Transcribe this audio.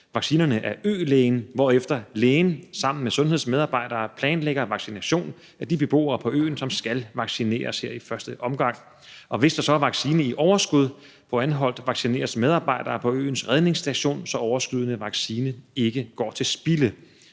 af øens læge, hvorefter lægen sammen med sundhedsmedarbejdere planlægger vaccination af de beboere på øen, som skal vaccineres her i første omgang. Og hvis der så er vaccine i overskud på Anholt, vaccineres medarbejdere på øens redningsstation, så overskydende vaccine ikke går til spilde.